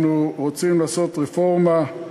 אנחנו רוצים לעשות רפורמה,